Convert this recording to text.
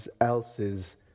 else's